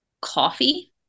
coffee